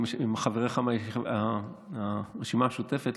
חבריך מהרשימה המשותפת,